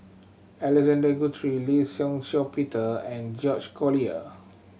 Alexander Guthrie Lee Shih Shiong Peter and George Collyer